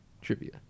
Trivia